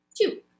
Two